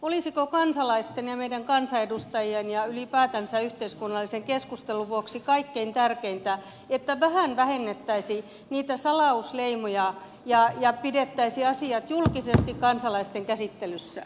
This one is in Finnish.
olisiko kansalaisten ja meidän kansanedustajien ja ylipäätänsä yhteiskunnallisen keskustelun vuoksi kaikkein tärkeintä että vähän vähennettäisiin niitä salausleimoja ja pidettäisiin asiat julkisesti kansalaisten käsittelyssä